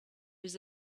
his